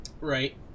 Right